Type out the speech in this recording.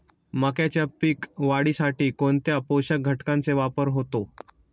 मक्याच्या पीक वाढीसाठी कोणत्या पोषक घटकांचे वापर होतो?